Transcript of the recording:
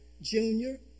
Junior